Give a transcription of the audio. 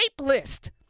list